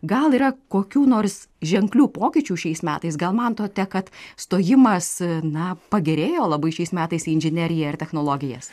gal yra kokių nors ženklių pokyčių šiais metais gal matote kad stojimas na pagerėjo labai šiais metais į inžineriją ir technologijas